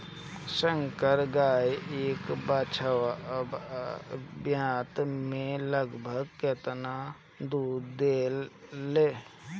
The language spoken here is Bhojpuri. संकर गाय एक ब्यात में लगभग केतना दूध देले?